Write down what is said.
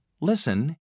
Listen